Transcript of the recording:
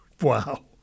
Wow